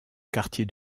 quartier